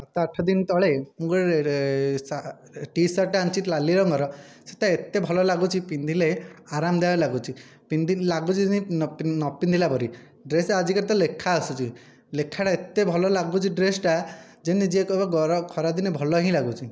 ଗତ ଆଠ ଦିନ ତଳେ ମୁଁ ଗୋଟିଏ ଟିସାର୍ଟ ଟିଏ ଆଣିଛି ନାଲି ରଙ୍ଗର ସେଇଟା ଏତେ ଭଲ ଲାଗୁଛି ପିନ୍ଧିଲେ ଆରାମଦାୟ ଲାଗୁଛି ପିନ୍ଧି ଲାଗୁଛି ଯେମିତି ନ ପିନ୍ଧ ନ ପିନ୍ଧିଲା ପରି ଡ୍ରେସ୍ରେ ଆଜି କେତେ ଲେଖା ଆସୁଛି ଲେଖାଟା ଏତେ ଭଲ ଲାଗୁଛି ଡ୍ରେସ୍ଟା ଯେମିତି ଯିଏ କହିବି ଗର ଖରାଦିନେ ଭଲ ହିଁ ଲାଗୁଛି